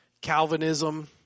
Calvinism